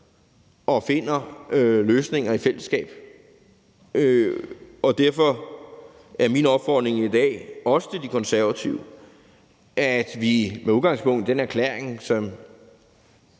og finder løsninger i fællesskab, og derfor er min opfordring i dag til De Konservative også, at vi med udgangspunkt i den erklæring, som